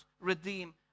redeem